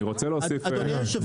אדוני היושב